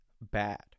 bad